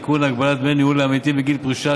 (תיקון, הגבלת דמי ניהול לעמיתים בגיל פרישה),